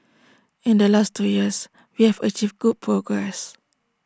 in the last two years we have achieved good progress